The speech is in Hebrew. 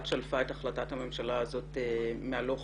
שלפה את החלטת הממשלה הזאת מהלא כלום.